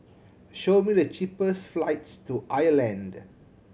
show me the cheapest flights to Ireland